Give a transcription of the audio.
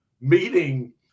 meeting –